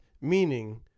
Meaning